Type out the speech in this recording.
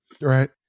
Right